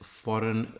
foreign